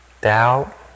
Doubt